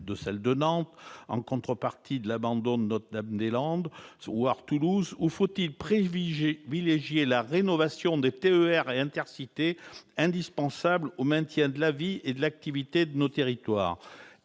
doit être aménagée en contrepartie de l'abandon de Notre-Dame-des-Landes, voire celle de Toulouse -ou privilégier la rénovation des TER et Intercités, indispensables au maintien de la vie et de l'activité de nos territoires ?